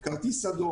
אתה מקבל כרטיס אדום.